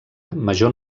major